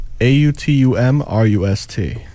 A-U-T-U-M-R-U-S-T